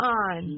on